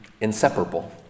Inseparable